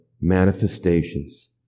manifestations